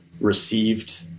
received